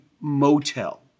motel